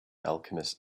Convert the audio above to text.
alchemist